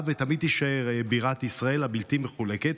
ותמיד תישאר בירת ישראל הבלתי-מחולקת.